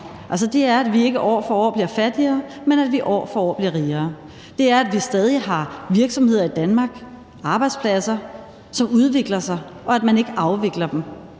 den er, at vi ikke år for år bliver fattigere, men at vi år for år bliver rigere. Den er, at vi stadig har arbejdspladser og virksomheder i Danmark, som udvikler sig, og at man ikke afvikler dem.